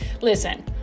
listen